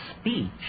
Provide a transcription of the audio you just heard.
speech